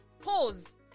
pause